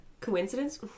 coincidence